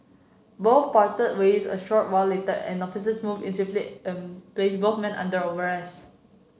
both parted ways a short while later and officers moved in swiftly and placed both men under arrest